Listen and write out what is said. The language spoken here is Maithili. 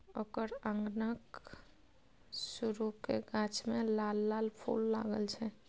ओकर अंगनाक सुरू क गाछ मे लाल लाल फूल लागल छै